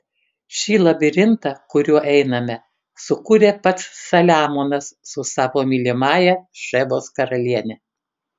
šį labirintą kuriuo einame sukūrė pats saliamonas su savo mylimąja šebos karaliene